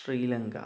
Sri Lanka